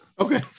Okay